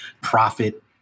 profit